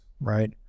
right